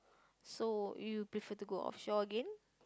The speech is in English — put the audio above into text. so you prefer to go offshore again